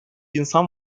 insan